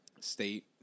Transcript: State